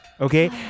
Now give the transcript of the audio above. okay